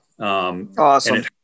Awesome